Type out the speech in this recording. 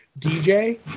DJ